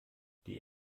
die